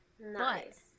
Nice